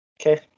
Okay